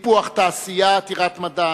טיפוח תעשייה עתירת מדע